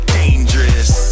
dangerous